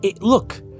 Look